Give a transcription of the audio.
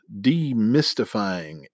demystifying